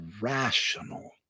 rational